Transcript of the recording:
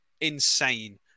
insane